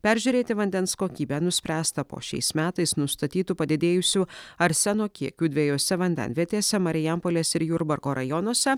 peržiūrėti vandens kokybę nuspręsta po šiais metais nustatytu padidėjusiu arseno kiekiu dviejose vandenvietėse marijampolės ir jurbarko rajonuose